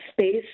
space